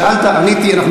שאלת, עניתי.